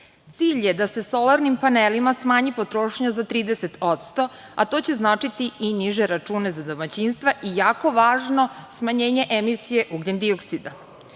Cilj je da se solarnim panelima smanji potrošnja za 30%, a to će značiti i niže račune za domaćinstva i jako važno smanjenje emisije ugljendioksida. Druga